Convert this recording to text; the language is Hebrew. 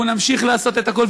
אנחנו נמשיך לעשות את הכול,